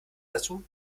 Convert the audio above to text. dazu